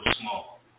small